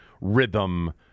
rhythm